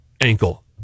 ankle